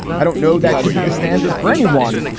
i don't know. that should be the standard for anyone.